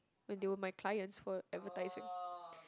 when they were my clients for advertising